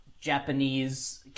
Japanese